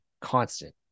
constant